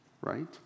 right